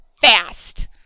fast